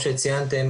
כיצד זה מתבצע.